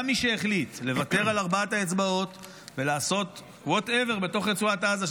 גם מי שהחליט לוותר על ארבע האצבעות ולעשות whatever בתוך רצועת עזה,